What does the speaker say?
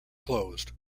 closed